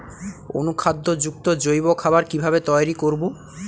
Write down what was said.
অনুখাদ্য যুক্ত জৈব খাবার কিভাবে তৈরি করব?